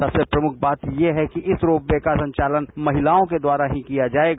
सबसे प्रमुख बात ये है कि इस रोप वे का संचालन महिलाओं द्वारा ही किया जायेगा